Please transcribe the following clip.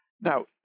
Now